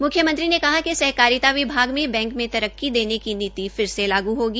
मुख्यमंत्री ने कहा कि सहकारिता विभाग में बैंक में तरक्की देने की नीति फिर से लागू होगी